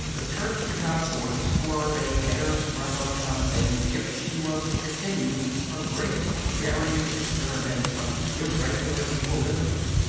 the church could not afford to swerve a hair's breadth on some things if she was to continue her great and daring experiment of the irregular equilibrium.